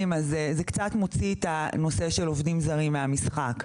אז זה קצת מוציא את הנושא של עובדים זרים מהמשחק.